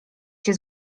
się